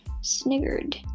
sniggered